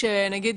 נגיד